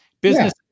business